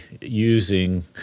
using